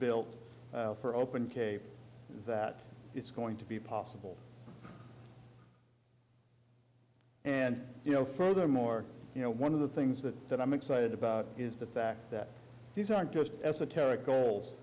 built for open cape that it's going to be possible and furthermore you know one of the things that that i'm excited about is the fact that these aren't just esoteric goals